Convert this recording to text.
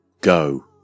go